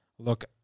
look